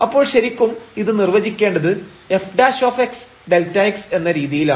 അപ്പോൾ ശരിക്കും ഇത് നിർവ്വചിക്കേണ്ടത് f Δx എന്ന രീതിയിലാണ്